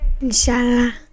Inshallah